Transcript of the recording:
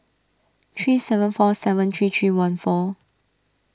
three seven four seven three three one four